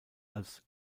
als